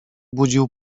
budził